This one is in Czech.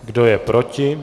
Kdo je proti?